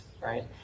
right